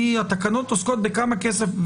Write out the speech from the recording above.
התקנות עוסקות בכמה כסף.